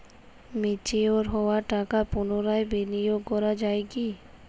Mature হওয়া টাকা পুনরায় বিনিয়োগ করা য়ায় কি?